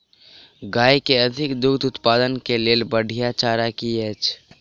गाय केँ अधिक दुग्ध उत्पादन केँ लेल बढ़िया चारा की अछि?